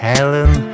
Helen